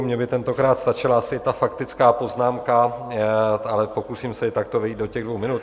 Mně by tentokrát stačila asi ta faktická poznámka, ale pokusím se i takto vejít do těch dvou minut.